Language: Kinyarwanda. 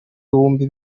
bihumbi